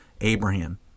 Abraham